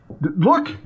Look